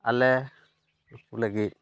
ᱟᱞᱮ ᱱᱩᱠᱩ ᱞᱟᱹᱜᱤᱫ